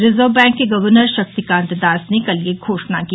reserve bank के governor Shaktikanta Das ने कल यह घोषणा की